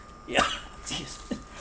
ya excuse